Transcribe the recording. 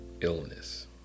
illness